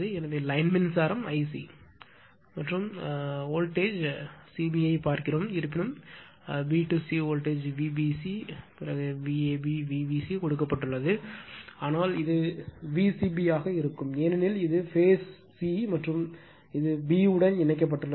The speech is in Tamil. எனவே லைன் மின்சாரம் Ic ஆமாம் மற்றும் வோல்டேஜ் அது வோல்டேஜ் cb ஐப் பார்க்கிறோம் இருப்பினும் b to c Vbc Vab Vbc கொடுக்கப்பட்டுள்ளது ஆனால் இது Vcb ஆக இருக்கும் ஏனெனில் இது பேஸ் c மற்றும் இது b உடன் இணைக்கப்பட்டுள்ளது